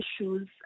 issues